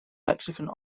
mexican